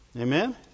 Amen